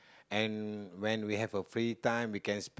and when we have our free time we can spend